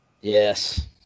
Yes